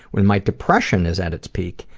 when my depression is at its peak,